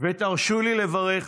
ותרשו לי לברך,